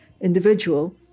individual